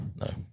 No